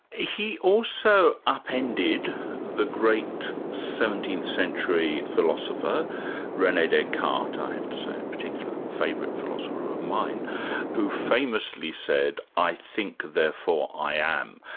ah he also upended the great seventeenth century philosopher rene descartes i have to say, a particular favourite philosopher of mine who famously said i think therefore i am.